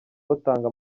batanga